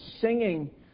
singing